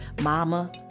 mama